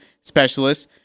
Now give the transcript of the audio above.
specialists